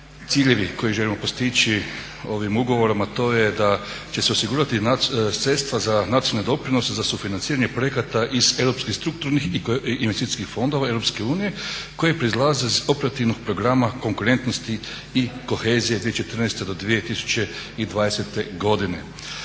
ciljevi koje želimo postići ovim ugovorom a to je da će se osigurati sredstva za nacionalne doprinose za sufinanciranje projekata iz europskih strukturnih i investicijskih fondova Europske unije koji proizlaze iz operativnih programa konkurentnosti i kohezije 2014. do 2020. godine.